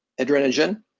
Adrenogen